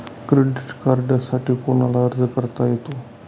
Credit कार्डसाठी कोणाला अर्ज करता येतो?